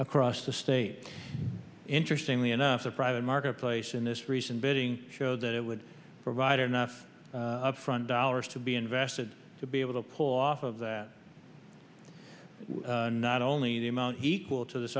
across the state interestingly enough the private marketplace in this recent bidding showed that it would provide enough upfront dollars to be invested to be able to pull off of that not only the amount equal to this